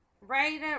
right